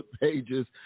pages